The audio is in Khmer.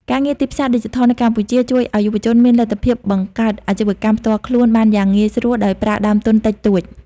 ការងារទីផ្សារឌីជីថលនៅកម្ពុជាជួយឱ្យយុវជនមានលទ្ធភាពបង្កើតអាជីវកម្មផ្ទាល់ខ្លួនបានយ៉ាងងាយស្រួលដោយប្រើដើមទុនតិចតួច។